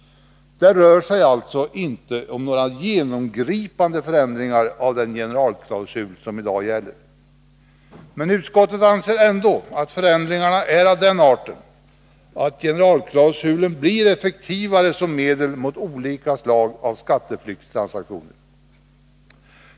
Det rör sig alltså inte om några genomgripande förändringar av den generalklausul som i dag gäller. Utskottet anser ändå att förändringarna är av den arten att generalklausulen blir effektivare som medel mot olika slag av skatteflyktstransaktioner.